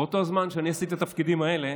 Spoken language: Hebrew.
באותו זמן שאני עשיתי את התפקידים האלה